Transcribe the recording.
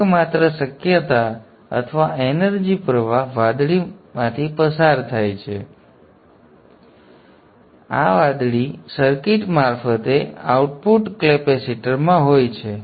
તેથી એકમાત્ર શક્યતા અથવા એનર્જી પ્રવાહ વાદળીમાંથી પસાર થાય છે અને આ વાદળી સર્કિટ મારફતે આઉટપુટ કેપેસિટર માં હોય છે